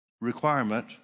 requirement